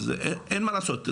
אין מה לעשות.